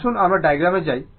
আসুন আমরা ডায়াগ্রামে যাই